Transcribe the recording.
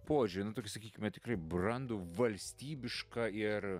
požiūrį nu tokį sakykime tikrai brandų valstybišką ir